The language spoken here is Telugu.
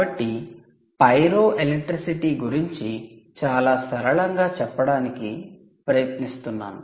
కాబట్టి 'పైరోఎలెక్ట్రిసిటీ ' గురించి చాలా సరళంగా చెప్పడానికి ప్రయత్నిస్తాను